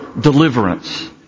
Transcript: deliverance